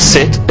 Sit